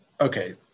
Okay